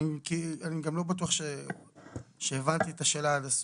כי אני גם לא בטוח שהבנתי את השאלה עד הסוף.